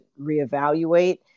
reevaluate